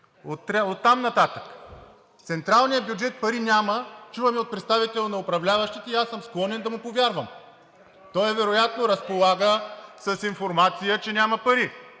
Оттам нататък в централния бюджет пари няма, чуваме от представител на управляващите, и аз съм склонен да му повярвам. Той вероятно разполага с информация, че няма пари.